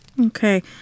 Okay